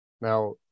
Now